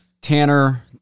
Tanner